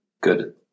good